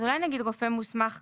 אז אולי נגיד 'רופא מוסמך ראשי,